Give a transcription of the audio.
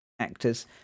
actors